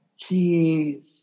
Jeez